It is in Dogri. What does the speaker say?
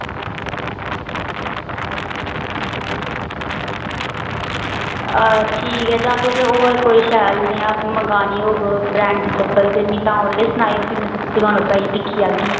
एह् ठीक ऐ जां तुसें होर कोई शैल नेहीं मंगानी होग जां कोई होर ब्रांड दी चप्पल ते मिगी ओल्लै सनायो ते तुंदी दुकान उप्पर आइयै दिक्खी आह्गी